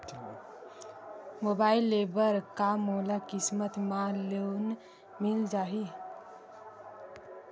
Mobile ले बर का मोला किस्त मा लोन मिल जाही?